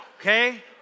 okay